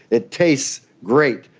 it tastes great,